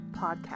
podcast